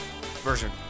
version